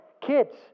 Kids